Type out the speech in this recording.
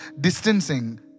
distancing